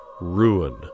ruin